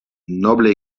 noble